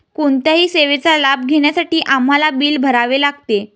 कोणत्याही सेवेचा लाभ घेण्यासाठी आम्हाला बिल भरावे लागते